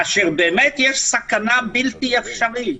כאשר באמת יש סכנה בלתי אפשרית.